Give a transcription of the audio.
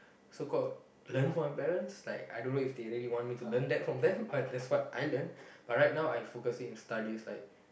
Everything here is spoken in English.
so called learn from my parents like I don't know if they really want me to learn that from them but that's what I learn but right now I focusing on studies like